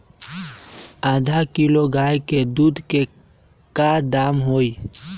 आधा किलो गाय के दूध के का दाम होई?